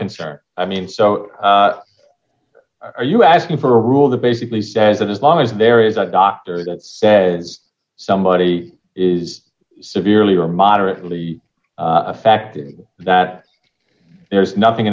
concern i mean so are you asking for a rule that basically says that as long as there is a doctor that says somebody is severely or moderately affected that there's nothing